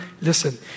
Listen